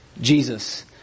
Jesus